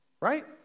right